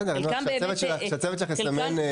בסדר, שהצוות שלך יסמן.